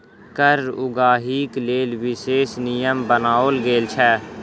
कर उगाहीक लेल विशेष नियम बनाओल गेल छै